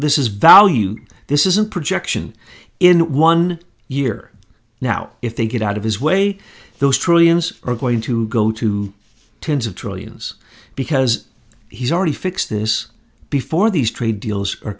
this is value this is a projection in one year now if they get out of his way those trillions are going to go to tens of trillions because he's already fixed this before these trade deals are